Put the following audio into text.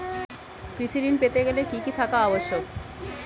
কৃষি ঋণ পেতে গেলে কি কি থাকা আবশ্যক?